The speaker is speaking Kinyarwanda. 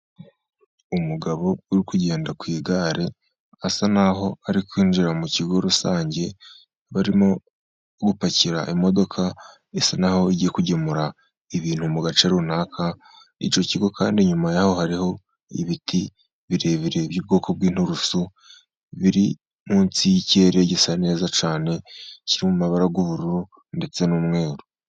Umugabo uri kugenda ku igare asa n'aho ari kwinjira mu kigo rusange, barimo gupakira imodoka isa naho igiye kugemura ibintu mu gace runaka. Icyo kigo kandi inyuma yaho hariho ibiti birebire by'ubwoko bw'inturusu biri munsi y'ikirere gisa neza cyane, kiri mabara y'ubururu ndetse n'umweru.